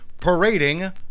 Parading